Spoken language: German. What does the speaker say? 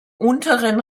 unteren